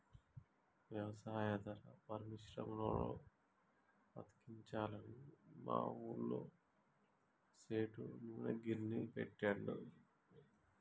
వ్యవసాయాధార పరిశ్రమలను బతికించాలని మా ఊళ్ళ సేటు నూనె గిర్నీ పెట్టిండు